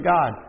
God